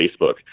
Facebook